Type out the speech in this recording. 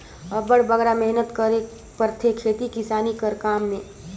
अब्बड़ बगरा मेहनत करेक परथे खेती किसानी कर काम में